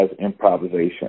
improvisation